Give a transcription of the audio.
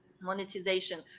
monetization